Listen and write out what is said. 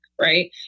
right